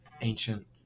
ancient